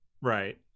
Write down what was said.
right